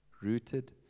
rooted